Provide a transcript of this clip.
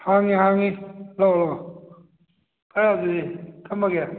ꯍꯥꯡꯉꯤ ꯍꯥꯡꯉꯤ ꯂꯥꯛꯑꯣ ꯐꯔꯦ ꯑꯗꯨꯗꯤ ꯊꯝꯃꯒꯦ